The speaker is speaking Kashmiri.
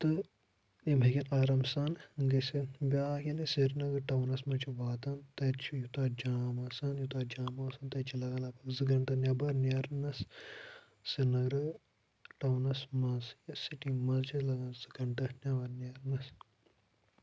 تہٕ یِم ہیٚکَن آرام سان گٔژھِتھ بیٛاکھ ییٚلہِ سرینگَر ٹاونَس منٛز چھِ واتان تَتہِ چھُ یوٗتاہ جام آسان یوٗتاہ جام آسان تَتہِ چھِ لگان لَگ بَگ زٕ گھنٹہٕ نٮ۪بَر نیرنَس سرینگرٕ ٹاونَس منٛز یا سِٹی منٛز چھِ اَسہِ لَگان زٕ گھنٹہٕ نٮ۪بَر نیرنَس